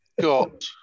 got